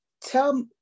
tell